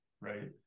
right